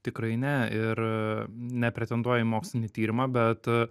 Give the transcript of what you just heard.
tikrai ne ir nepretenduoju į mokslinį tyrimą bet